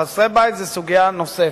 חסרי בית הם סוגיה נוספת.